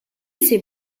ses